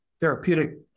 therapeutic